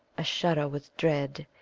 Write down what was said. a-shudder with dread,